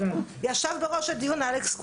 ישב בראש הדיון חה"כ אלכס קושניר,